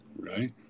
right